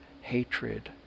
hatred